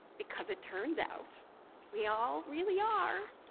because it turns out we all really are.